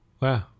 Wow